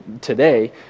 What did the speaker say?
today